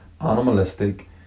animalistic